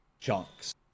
chunks